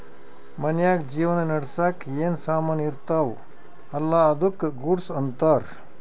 ಮನ್ಶ್ಯಾಗ್ ಜೀವನ ನಡ್ಸಾಕ್ ಏನ್ ಸಾಮಾನ್ ಇರ್ತಾವ ಅಲ್ಲಾ ಅದ್ದುಕ ಗೂಡ್ಸ್ ಅಂತಾರ್